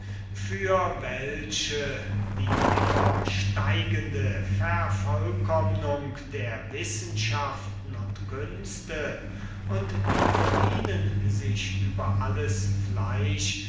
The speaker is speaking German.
für welche die bekanntermaßen immer steigende vervollkommnung der wissenschaften und künste und der von ihnen sich über alles